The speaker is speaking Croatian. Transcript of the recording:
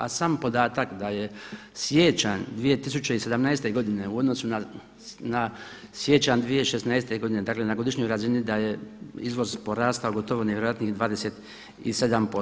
A sam podatak da je siječanj 2017. godine u odnosu na siječanj 2016. godine dakle na godišnjoj razini da je izvoz porastao gotovo nevjerojatnih 27%